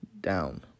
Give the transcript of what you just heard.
down